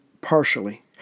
partially